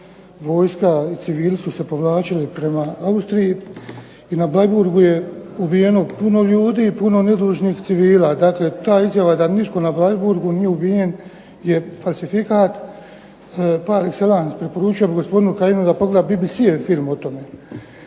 vojska i civili su se povlačili prema Austriji, i na Bleiburgu je ubijeno puno ljudi, puno nedužnih civila, dakle ta izjava da nitko na Bleiburgu nije ubijen je falsifikat par excellence preporučujem gospodinu Kajinu da pogleda BBC-ev film o tome,